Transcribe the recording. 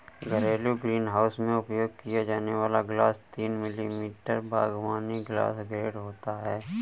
घरेलू ग्रीनहाउस में उपयोग किया जाने वाला ग्लास तीन मिमी बागवानी ग्लास ग्रेड होता है